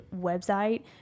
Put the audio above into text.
website